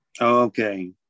Okay